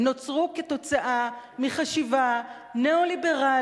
הם נוצרו כתוצאה מחשיבה ניאו-ליברלית,